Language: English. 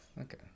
Okay